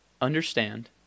understand